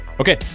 Okay